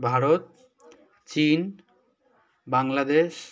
ভারত চিন বাংলাদেশ